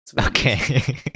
Okay